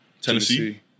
Tennessee